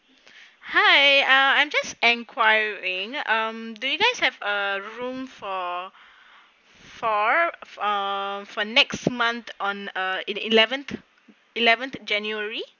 hi uh I'm just enquiring mm do you guys have a room for for uh for next month on the eleventh eleventh january